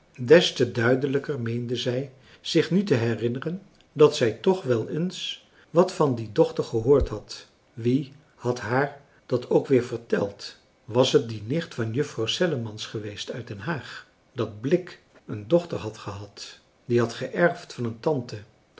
te duidelijker meende zij zich nu te herinneren dat zij toch wel eens wat van die dochter gehoord had wie had haar dat ook weer verteld was het die nicht van juffrouw sellemans geweest uit den haag dat blik een dochter had gehad die had geërfd van een tante